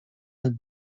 had